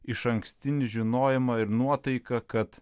išankstinį žinojimą ir nuotaiką kad